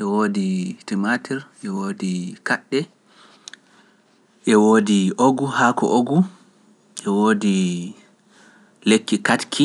E woodi timater, e woodi kaɗɗe, e woodi ogu haako ogu, e woodi lekki katki